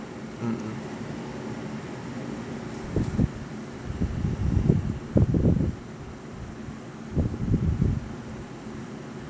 mm mm